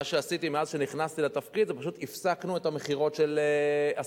מה שעשיתי מאז נכנסתי לתפקיד זה פשוט: הפסקנו את המכירות של הסוכנות.